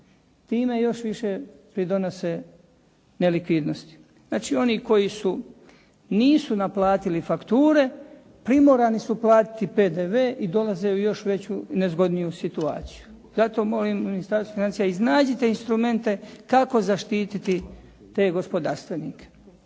Time još više pridonose nelikvidnost. Znači, oni koji nisu naplatili fakture primorani su platili PDV i dolaze u još veću i nezgodniju situaciju. Zato molim, u Ministarstvu financija iznađite instrumente kako zaštiti te gospodarstvenike.